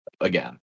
again